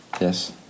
yes